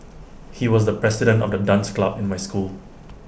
he was the president of the dance club in my school